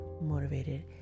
motivated